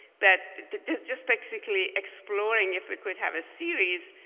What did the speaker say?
but just basically exploring if we could have a series.